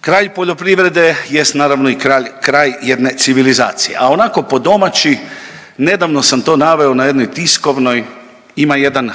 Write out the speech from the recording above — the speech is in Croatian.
kraj poljoprivrede jest naravno i kraj jedne civilizacije, a onako po domaći nedavno sam to naveo na jednoj tiskovnoj, ima jedan